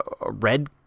red